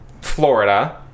Florida